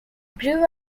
grew